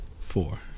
four